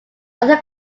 other